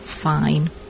fine